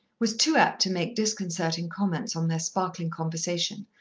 was too apt to make disconcerting comments on their sparkling conversation,